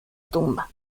tumba